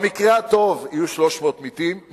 במקרה הטוב יהיו 300 מיטות,